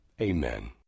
Amen